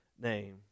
name